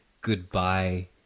goodbye